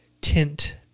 tint